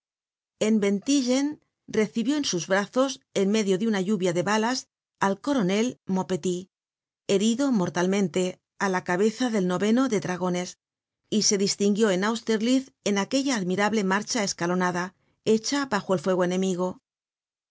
en wettingen recibió en sus brazos en medio de una lluvia de balas al coronel maupetit herido mortalmente á la cabeza del de dragones y se distinguió en austerlitz en aquella admirable marcha escalonada hecha bajo el fuego enemigo